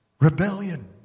Rebellion